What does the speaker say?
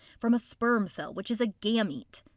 from a sperm cell which is a gamete.